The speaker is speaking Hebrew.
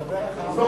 רק אם ירצה.